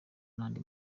n’andi